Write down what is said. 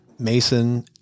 Mason